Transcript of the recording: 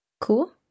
Cool